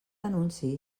anunci